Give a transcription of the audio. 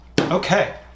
Okay